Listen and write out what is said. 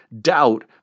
doubt